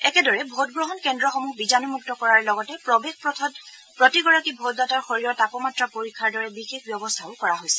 একেদৰে ভোটগ্ৰহণ কেন্দ্ৰসমূহ বীজাণুমুক্ত কৰাৰ লগতে প্ৰৱেশ পথত প্ৰতিগৰাকী ভোটদাতাৰ শৰীৰৰ তাপমাত্ৰা পৰীক্ষাৰ দৰে বিশেষ ব্যৱস্থাও কৰা হৈছে